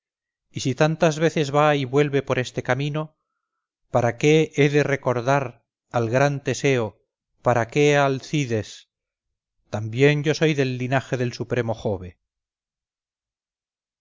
y si tantas veces va y vuelve por este camino para qué he de recordar al gran teseo para qué a alcides también yo soy del linaje del supremo jove